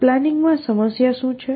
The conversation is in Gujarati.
પ્લાનિંગમાં સમસ્યા શું છે